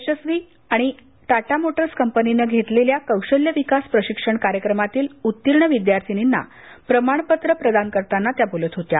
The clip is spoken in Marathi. यशस्वी संस्था आणि टाटा मोटर्स कंपनीनं घेतलेल्या कौशल्य विकास प्रशिक्षण कार्यक्रमातील उत्तीर्ण विद्यार्थिनींना प्रमाणपत्र प्रदान करताना त्या बोलत होत्या